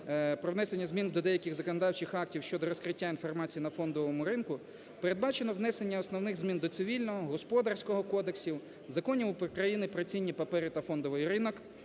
про внесення змін до деяких законодавчих актів (щодо розкриття інформації на фондовому ринку) передбачено внесення основних змін до Цивільного, Господарського кодексів, законів України "Про цінні папери та фондовий ринок",